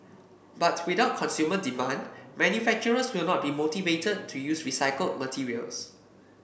but without consumer demand manufacturers will not be motivated to use recycled materials